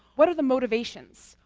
what are the motivations?